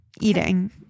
eating